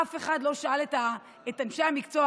אף אחד לא שאל את אנשי המקצוע,